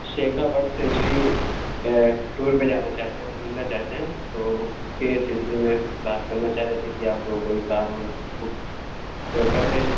شیخا bird sanctuary tour پہ چانا چاہتے ہیں اور گُھومنا چاہتے ہیں تو اِس کے سلسلے میں بات کرنا چاہ رہے تھے کہ آپ کوئی کار وار بک کر دیں